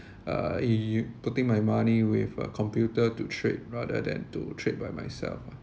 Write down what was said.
uh you putting my money with a computer to trade rather than to trade by myself